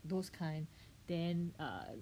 those kind then err